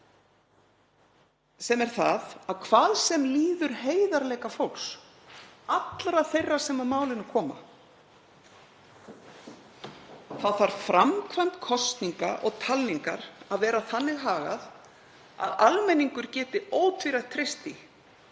sem er það að hvað sem líður heiðarleika fólks, allra þeirra sem að málinu koma, þarf framkvæmd kosninga og talningar að vera þannig hagað að almenningur geti ótvírætt treyst